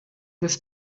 des